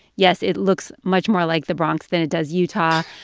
yes, it looks much more like the bronx than it does utah.